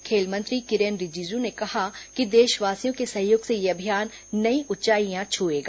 खेलमंत्री किरेन रिजिजू ने कहा कि देशवासियों के सहयोग से यह अभियान नई ऊंचाइयां छूएगा